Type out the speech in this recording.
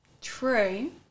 True